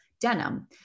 denim